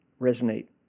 resonate